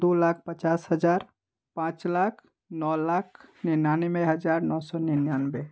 दो लाख पचास हज़ार पाँच लाख नौ लाख निन्यानवे हज़ार नौ सौ निन्यानवे